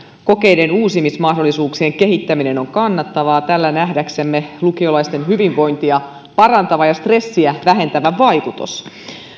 kokeiden uusimismahdollisuuksien kehittäminen on kannattavaa tällä on nähdäksemme lukiolaisten hyvinvointia parantava ja stressiä vähentävä vaikutus